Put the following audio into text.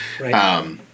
Right